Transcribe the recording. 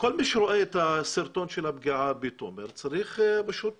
וכל מי שרואה את הסרטון של הפגיעה בתומר צריך פשוט